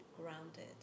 grounded